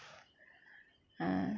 ah